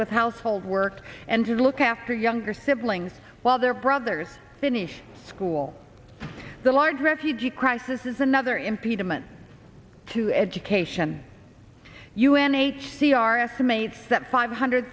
with household work and to look after younger siblings while their brothers finish school the large refugee crisis is another impeachment to education u n h c r estimates that five hundred